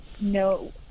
no